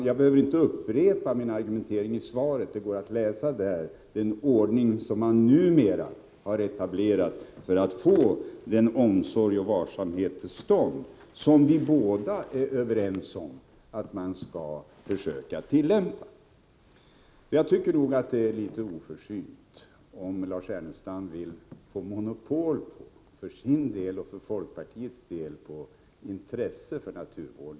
Jag behöver inte upprepa min argumentering i svaret — det går ju att läsa detta — för den ordning som numera har etablerats i syfte att få till stånd den omsorg och varsamhet som vi båda är överens om bör tillämpas. Det är litet oförsynt av Lars Ernestam att för sin och folkpartiets del försöka lägga monopol på intresset för naturvården.